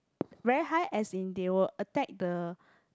very high as in they will attack the